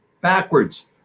backwards